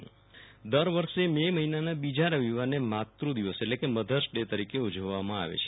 વિરલ રાણા માત દિવસ દર વર્ષે મ મહિનાના બીજા રવિવારને માતૃ દિવસ એટલે કે મધર્સ ડે તરીકે ઉજવવામાં આવે છે